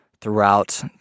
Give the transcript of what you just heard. throughout